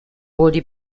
wohl